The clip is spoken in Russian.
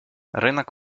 рынок